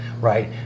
right